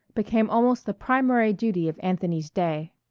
became almost the primary duty of anthony's day.